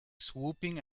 swooping